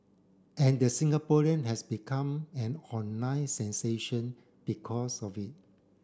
and the Singaporean has become an online sensation because of it